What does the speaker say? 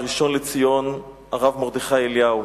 הראשון לציון הרב מרדכי אליהו.